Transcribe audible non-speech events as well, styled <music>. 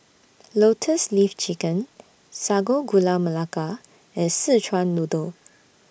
Lotus Leaf Chicken Sago Gula Melaka and Szechuan Noodle <noise>